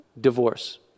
divorce